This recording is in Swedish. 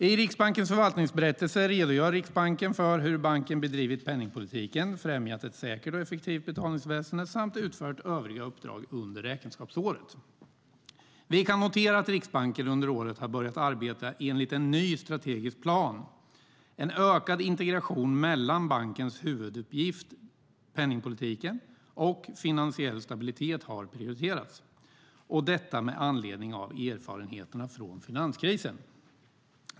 I Riksbankens förvaltningsberättelse redogör Riksbanken för hur banken bedrivit penningpolitiken, främjat ett säkert och effektivt betalningsväsen samt utfört övriga uppdrag under räkenskapsåret. Vi kan notera att Riksbanken under året har börjat arbeta enligt en ny strategisk plan. En ökad integration mellan bankens huvuduppgift penningpolitiken och finansiell stabilitet har prioriterats. Detta har gjorts med anledning av erfarenheterna från finanskrisen.